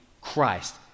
Christ